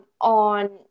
On